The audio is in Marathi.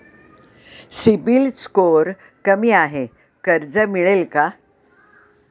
सिबिल स्कोअर कमी आहे कर्ज मिळेल का?